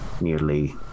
nearly